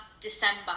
December